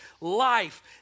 life